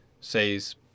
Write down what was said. says